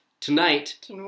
Tonight